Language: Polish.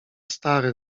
stary